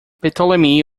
ptolemy